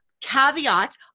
caveat